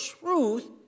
truth